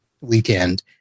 weekend